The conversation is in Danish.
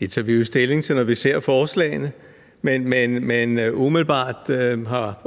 Det tager vi jo stilling til, når vi ser forslagene. Men umiddelbart har